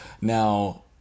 Now